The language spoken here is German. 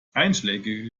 einschlägige